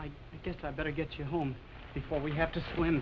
i guess i'd better get you home before we have to swi